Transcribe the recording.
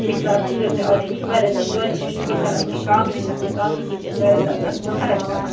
بیٚیہِ چھِ آسان تۭر تہِ آلریڈی واریاہ زیادٕ توتہِ چھِ شُکر کَران کانٛگرِ چھِ آسان کانٛگرِ سۭتۍ چھِ اَسۍ واریاہ زیادٕ فرق پیٚوان